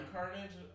Carnage